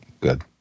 good